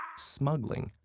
smuggling,